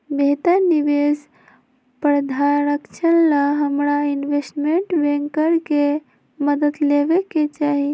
बेहतर निवेश प्रधारक्षण ला हमरा इनवेस्टमेंट बैंकर के मदद लेवे के चाहि